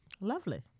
Lovely